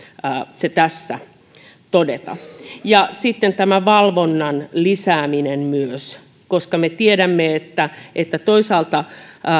se tässä todeta sitten tämä valvonnan lisääminen myös me tiedämme että että toisaalta